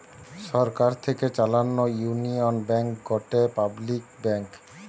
সরকার থেকে চালানো union bank গটে পাবলিক ব্যাঙ্ক